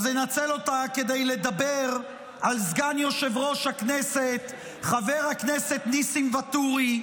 אנצל אותה כדי לדבר על סגן יושב-ראש הכנסת חבר הכנסת ניסים ואטורי,